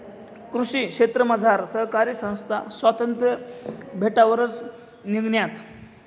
कृषी क्षेत्रमझार सहकारी संस्था स्वातंत्र्य भेटावरच निंघण्यात